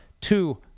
two